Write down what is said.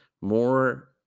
more